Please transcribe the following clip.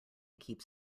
keeps